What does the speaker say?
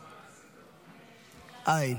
אין.